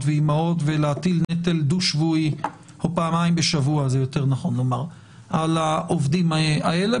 ואימהות" ולהטיל נטל פעמיים בשבוע על העובדים האלה,